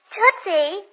Tootsie